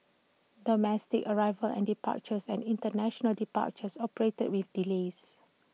domestic arrivals and departures and International departures operated with delays